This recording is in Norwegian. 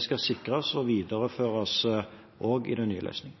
skal sikres og videreføres også i den nye løsningen.